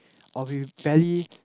or we barely